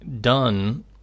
done